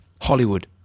Hollywood